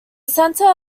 center